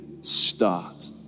start